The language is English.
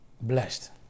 Blessed